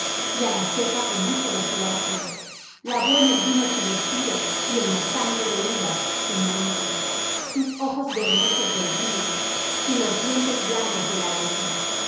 á la cepa el hijo de su asna lavó en el vino su vestido y en la sangre de uvas su manto sus ojos bermejos del vino y los dientes blancos de la leche